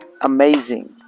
amazing